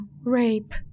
rape